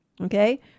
okay